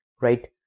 right